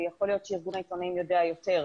ויכול להיות שארגון העיתונאים יודע יותר,